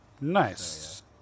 Nice